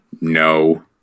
no